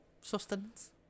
sustenance